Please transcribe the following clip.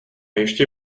ještě